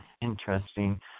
interesting